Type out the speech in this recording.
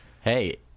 hey